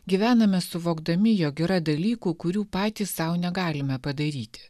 gyvename suvokdami jog yra dalykų kurių patys sau negalime padaryti